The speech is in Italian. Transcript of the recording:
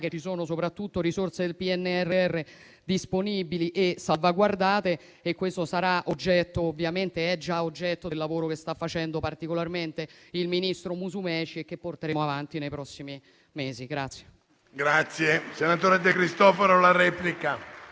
vi sono soprattutto risorse del PNRR, disponibili e salvaguardate. Questo sarà oggetto - ovviamente è già oggetto - del lavoro che sta svolgendo particolarmente il ministro Musumeci e che porteremo avanti nei prossimi mesi. PRESIDENTE. Ha facoltà di intervenire in replica